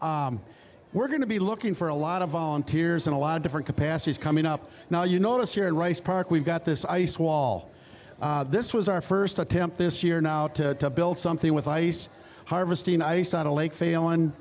ok we're going to be looking for a lot of volunteers in a lot of different capacities coming up now you notice here in rice park we've got this ice wall this was our first attempt this year now to build something with ice harvesting ice on a lake fail